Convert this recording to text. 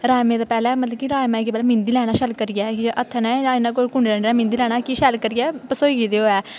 राजमहें दे पैह्ले मतलब कि राजमाएं गी पैह्लै मिंदी लैना शैल करियै हत्थै ने जां कोई कुंडे डंडे ने मिंदी लैना कि शैल करियै पसोइये दे होऐ